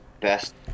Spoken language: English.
best